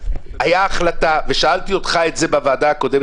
הייתה החלטה ושאלתי אותך לגביה בוועדה הקודמת